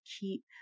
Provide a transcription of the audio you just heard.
keep